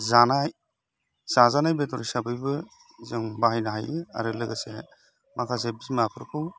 जाजानाय बेदर हिसाबैबो जों बाहायनो हायो आरो लोगोसे माखासे बिमाफोरखौ